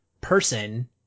person